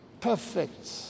perfect